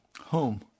home